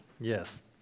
Yes